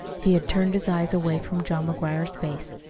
he had turned his eyes away from john mcguire's face.